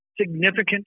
significant